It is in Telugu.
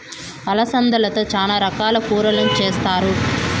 అలసందలతో చానా రకాల కూరలను చేస్తారు